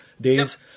days